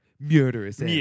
murderous